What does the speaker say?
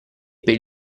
per